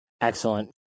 Excellent